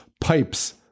pipes